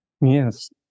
Yes